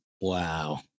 Wow